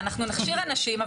בסדר, אנחנו נכשיר אנשים.